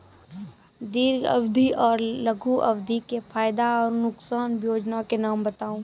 दीर्घ अवधि आर लघु अवधि के फायदा आर नुकसान? वयोजना के नाम बताऊ?